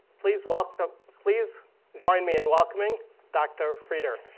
please welcome please join me in welcoming dr. frieder.